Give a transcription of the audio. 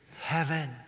heaven